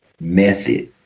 method